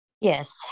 Yes